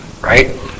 right